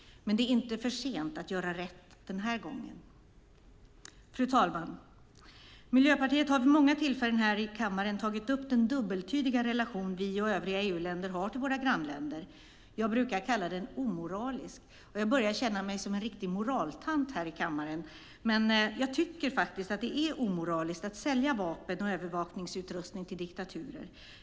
Men det är inte för sent att göra rätt den här gången. Fru talman! Miljöpartiet har vid många tillfällen här i kammaren tagit upp den dubbeltydiga relation vi och övriga EU-länder har till våra grannländer. Jag brukar kalla den omoralisk. Jag börjar känna mig som en riktig moraltant här i kammaren, men jag tycker faktiskt att det är omoraliskt att sälja vapen och övervakningsutrustning till diktaturer.